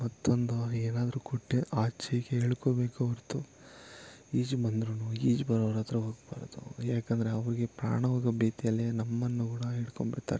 ಮತ್ತೊಂದೊ ಏನಾದರೂ ಕೊಟ್ಟೇ ಆಚೆಗೆ ಎಳ್ಕೊಬೇಕು ಹೊರತು ಈಜು ಬಂದ್ರು ಈಜು ಬರೋರ ಹತ್ತಿರ ಹೋಗ್ಬಾರ್ದು ಯಾಕಂದರೆ ಅವ್ರಿಗೆ ಪ್ರಾಣ ಹೋಗೊ ಭೀತಿಯಲ್ಲೇ ನಮ್ಮನ್ನೂ ಕೂಡ ಹಿಡ್ಕೊಂಬಿಡ್ತಾರೆ